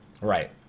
Right